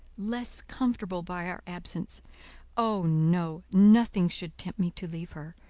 less comfortable by our absence oh! no, nothing should tempt me to leave her.